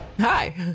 Hi